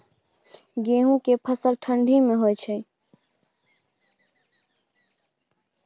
गेहूं के फसल ठंडी मे होय छै?